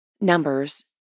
Numbers